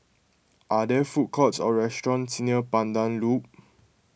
are there food courts or restaurants near Pandan Loop